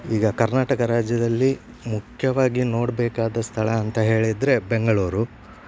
ಈಗ ಕರ್ನಾಟಕ ರಾಜ್ಯದಲ್ಲಿ ಮುಖ್ಯವಾಗಿ ನೋಡಬೇಕಾದ ಸ್ಥಳ ಅಂತ ಹೇಳಿದರೆ ಬೆಂಗಳೂರು